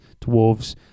Dwarves